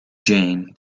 jane